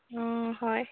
অঁ হয়